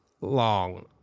long